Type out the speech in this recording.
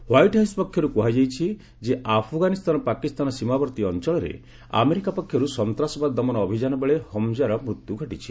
white house ପକ୍ଷରୁ କୁହାଯାଇଛି ଯେ ଆଫଗାନିସ୍ଥାନ ପାକିସ୍ଥାନ ସୀମାବର୍ତ୍ତୀ ଅଞ୍ଚଳରେ ଆମେରିକା ପକ୍ଷରୁ ସନ୍ତାସବାଦ ଦମନ ଅଭିଯାନ ବେଳେ ହମକ୍କାର ମୃତ୍ୟୁ ଘଟିଛି